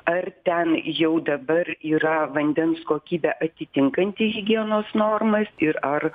ar ten jau dabar yra vandens kokybė atitinkanti higienos normas ir ar